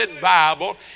Bible